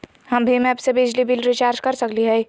हम भीम ऐप से बिजली बिल रिचार्ज कर सकली हई?